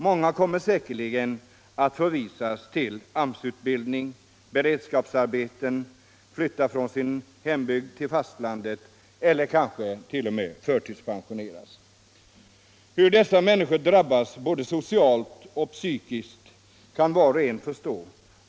Många kommer säkerligen att förvisas till AMS-utbildning eller beredskapsarbeten, tvingas flytta från sin hembygd till fastlandet eller förtidspensioneras. Hur dessa människor drabbas både socialt och psykiskt kan var och en förstå.